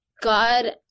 god